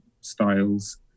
styles